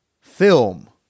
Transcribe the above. film